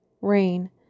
rain